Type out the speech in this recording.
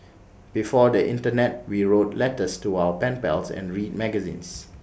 before the Internet we wrote letters to our pen pals and read magazines